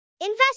invest